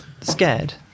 scared